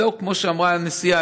כמו שאמרה הנשיאה,